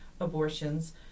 abortions